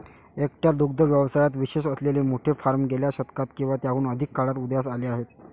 एकट्या दुग्ध व्यवसायात विशेष असलेले मोठे फार्म गेल्या शतकात किंवा त्याहून अधिक काळात उदयास आले आहेत